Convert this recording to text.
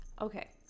Okay